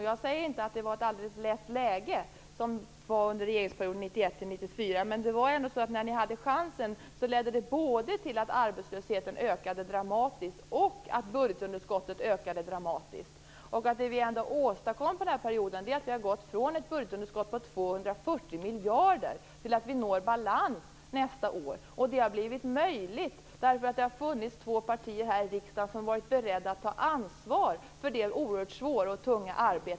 Jag säger inte att det var ett alldeles lätt läge under regeringsperioden 1991-1994, men när ni hade chansen ledde det till att både arbetslösheten och budgetunderskottet ökade dramatiskt. Det vi har åstadkommit under den här perioden är att vi har gått från ett budgetunderskott på 240 miljarder till att vi når balans nästa år. Det har blivit möjligt därför att det har funnits två partier här i riksdagen som har varit beredda att ta ansvar för det oerhört svåra och tunga arbetet.